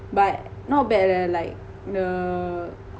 but not bad leh like the